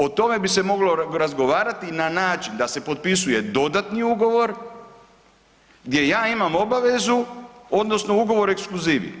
O tome bi se moglo razgovarati na način da se potpisuje dodatni ugovor gdje ja imam obavezu, odnosno ugovor o exkluzivi.